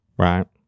right